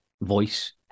voice